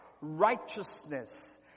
righteousness